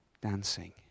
dancing